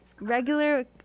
regular